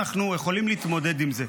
אנחנו יכולים להתמודד עם זה.